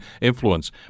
influence